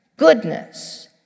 goodness